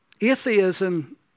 Atheism